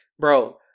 Bro